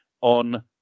on